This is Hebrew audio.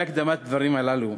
אחרי הקדמת הדברים הללו,